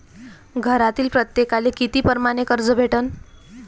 घरातील प्रत्येकाले किती परमाने कर्ज भेटन?